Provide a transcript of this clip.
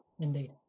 Indeed